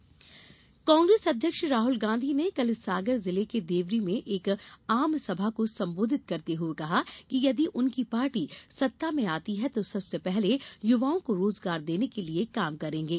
राहल गांधी कांग्रेस अध्यक्ष राहुल गांधी ने कल सागर जिले के देवरी में एक आम सभा को सम्बोधित करते हुए कहा कि यदि उनकी पार्टी सत्ता में आती है तो सबसे पहले युवाओं को रोजगार देने के लिये काम करेंगे